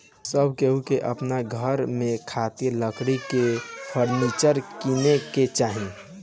सब केहू के अपना घर में खातिर लकड़ी के फर्नीचर किने के चाही